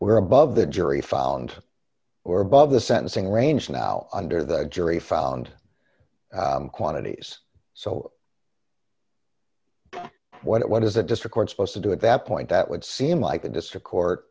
we're above the jury found or above the sentencing range now under the jury found quantities so what is it just a court supposed to do at that point that would seem like the district court